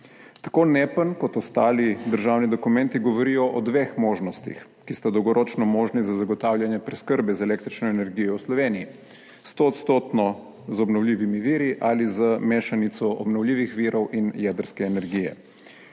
Tako NEPN kot ostali državni dokumenti govorijo o dveh možnostih, ki sta dolgoročno možni za zagotavljanje preskrbe z električno energijo v Sloveniji: stoodstotno z obnovljivimi viri ali z mešanico obnovljivih virov in jedrske energije.